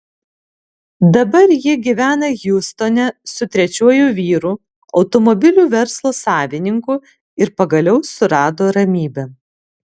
dabar ji gyvena hjustone su trečiuoju vyru automobilių verslo savininku ir pagaliau surado ramybę